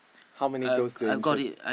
how many goes to interest